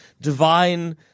divine